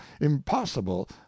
impossible